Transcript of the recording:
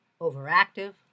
overactive